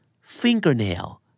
fingernail